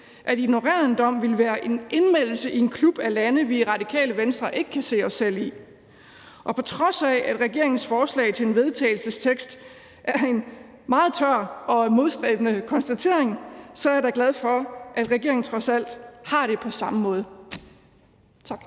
At ignorere en dom ville være en indmeldelse i en klub af lande, vi i Radikale Venstre ikke kan se os selv i. Og på trods af at regeringens forslag til vedtagelse er en meget tør og modstræbende konstatering, er jeg da glad for, at regeringen trods alt har det på samme måde. Tak.